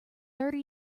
thirty